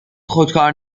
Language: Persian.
خودکار